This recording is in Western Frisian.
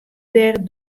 dêr